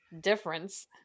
difference